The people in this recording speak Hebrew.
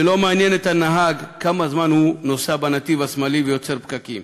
ולא מעניין את הנהג כמה זמן הוא נוסע בנתיב השמאלי ויוצר פקקים,